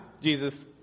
Jesus